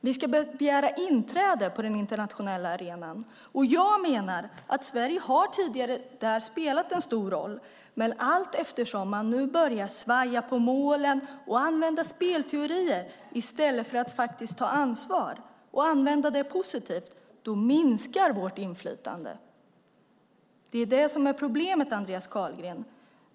Vi ska begära inträde på den internationella arenan. Jag menar att Sverige tidigare har spelat en stor roll där, men allteftersom man nu börjar sväva på målet och använda spelteorier i stället för att ta ansvar och använda det positivt minskar vårt inflytande. Det är det som är problemet, Andreas Carlgren.